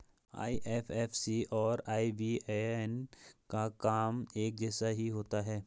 IFSC और IBAN का काम एक जैसा ही होता है